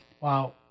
Wow